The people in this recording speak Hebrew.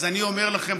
אז אני אומר לכם,